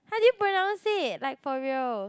how do you pronounce it like for real